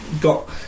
got